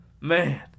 man